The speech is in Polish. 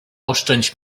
oszczędź